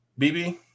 BB